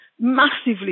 Massively